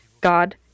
God